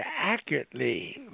accurately